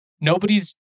Nobody's